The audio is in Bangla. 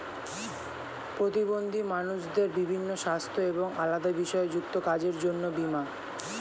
প্রতিবন্ধী মানুষদের বিভিন্ন সাস্থ্য এবং আলাদা বিষয় যুক্ত কাজের জন্য বীমা